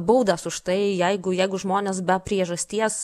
baudas už tai jeigu jeigu žmonės be priežasties